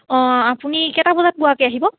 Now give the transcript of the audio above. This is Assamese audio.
অঁ আপুনি কেইটা বজাত পোৱাকৈ আহিব